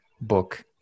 book